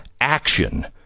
action